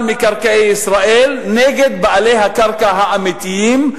מקרקעי ישראל נגד בעלי הקרקע האמיתיים,